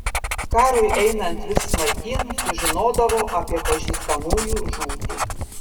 karui einant vis smarkyn sužinodavo apie pažįstamųjų žūtį